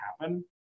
happen